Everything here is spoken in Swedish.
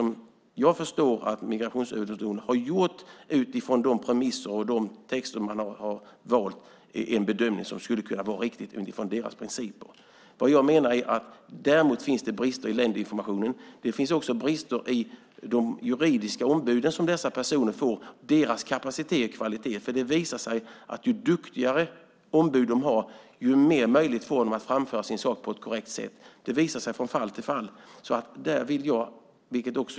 Vad jag förstår har Migrationsöverdomstolen gjort bedömningen utifrån de premisser och texter de valt att ha med i sin bedömning och som utifrån deras principer skulle kunna vara riktig. Däremot finns det alltså brister i länderinformationen. Det finns också brister hos de juridiska ombud som dessa personer får, i deras kapacitet och kvalitet. Det visar sig att ju duktigare ombud personerna har desto bättre möjligheter har de att framföra sin sak på ett korrekt sätt. Det har visat sig i det ena fallet efter det andra.